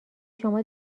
شما